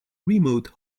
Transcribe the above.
remote